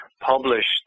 published